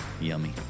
yummy